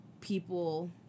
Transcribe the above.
people